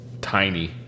tiny